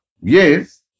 Yes